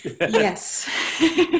yes